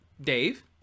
Dave